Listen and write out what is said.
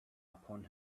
upon